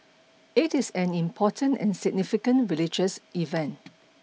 it is an important and significant religious event